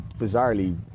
bizarrely